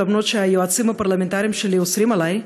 אפילו שהיועצים הפרלמנטריים שלי אוסרים עלי,